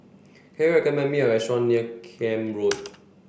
can you recommend me a restaurant near Camp Road